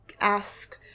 ask